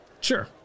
Sure